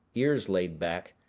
ears laid back,